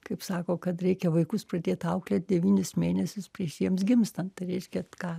kaip sako kad reikia vaikus pradėt auklėt devynis mėnesius prieš jiems gimstant tai reiškia ką